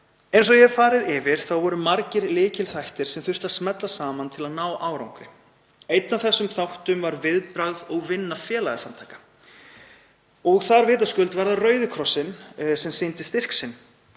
Eins og ég hef farið yfir voru margir lykilþættir sem þurftu að smella saman til að ná árangri. Einn af þessum þáttum var viðbragð og vinna félagasamtaka. Þar var það vitaskuld Rauði krossinn sem sýndi styrk sinn.